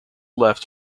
left